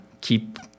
keep